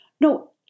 No